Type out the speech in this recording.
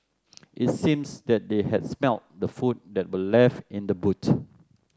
it seems that they had smelt the food that were left in the boot